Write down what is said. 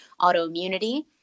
autoimmunity